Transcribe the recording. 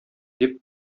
дип